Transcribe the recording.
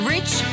Rich